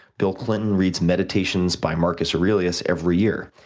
bill clinton reads meditations by marcus aurelius every year.